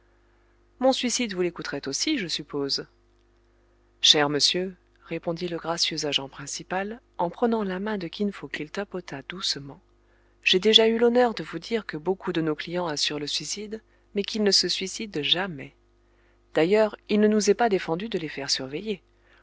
mon suicide vous les coûterait aussi je suppose cher monsieur répondit le gracieux agent principal en prenant la main de kin fo qu'il tapota doucement j'ai déjà eu l'honneur de vous dire que beaucoup de nos clients assurent le suicide mais qu'ils ne se suicident jamais d'ailleurs il ne nous est pas défendu de les faire surveiller